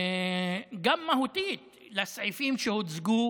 גם מהותית, לסעיפים שהוצגו